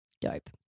Dope